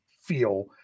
feel